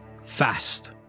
fast